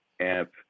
amp